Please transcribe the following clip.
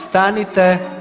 Stanite.